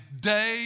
day